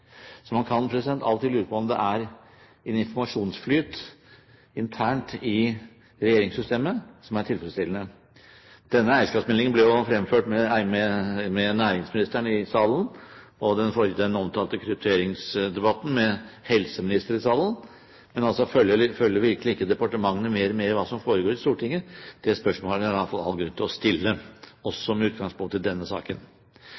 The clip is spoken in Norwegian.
Så man kan alltid lure på om informasjonsflyten internt i regjeringssystemet er tilfredsstillende. Debatten om denne eierskapsmeldingen ble ført med næringsministeren i salen, og den omtalte krypteringsdebatten med helseministeren i salen. Følger virkelig ikke departementene mer med på hva som foregår i Stortinget? Det spørsmålet er det i alle fall all grunn til å stille, også med utgangspunkt i denne saken.